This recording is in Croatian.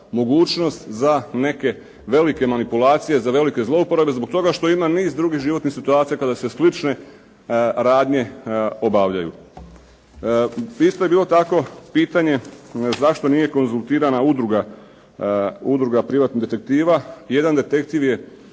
mogućnost za neke velike manipulacije, za velike zlouporabe zbog toga što ima niz drugih životnih situacija kada se slične radnje obavljaju. Isto je bilo tako pitanje zašto nije konzultirana udruga, udruga privatnih detektiva? Jedan detektiv je